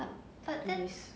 but I think